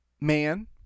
man